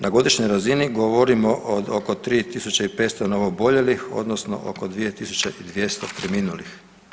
Na godišnjoj razini govorimo od oko 3500 novo oboljelih, odnosno oko 2200 preminulih.